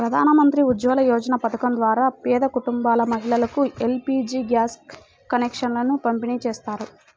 ప్రధాన్ మంత్రి ఉజ్వల యోజన పథకం ద్వారా పేద కుటుంబాల మహిళలకు ఎల్.పీ.జీ గ్యాస్ కనెక్షన్లను పంపిణీ చేస్తారు